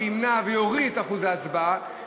ימנע ויוריד את אחוזי ההצבעה.